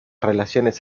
relaciones